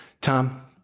Tom